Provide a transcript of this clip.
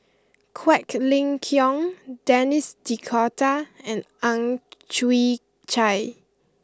Quek Ling Kiong Denis D'Cotta and Ang Chwee Chai